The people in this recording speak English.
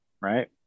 right